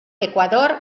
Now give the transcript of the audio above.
ecuador